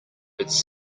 its